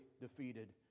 defeated